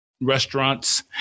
restaurants